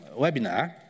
webinar